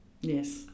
Yes